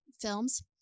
films